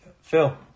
Phil